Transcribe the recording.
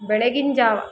ಬೆಳಗ್ಗಿನ ಜಾವ